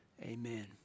Amen